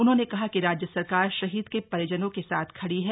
उन्होंने कहा कि राज्य सरकार शहीद के परिजनों के साथ खड़ी है